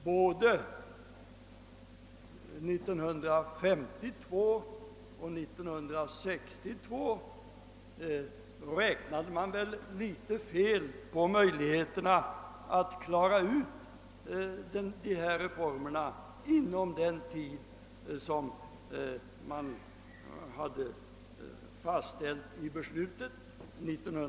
Både 1952 och 1962 räknade man väl litet fel på möj ligheterna att genomföra reformerna inom den tidrymd som fastställts.